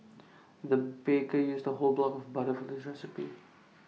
the baker used A whole block of butter for this recipe